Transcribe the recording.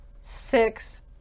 six